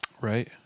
right